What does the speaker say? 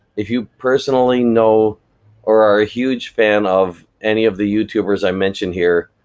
if you personally know or are a huge fan of any of the youtubers i mention here,